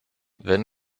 wenn